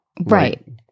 right